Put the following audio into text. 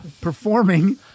Performing